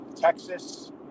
Texas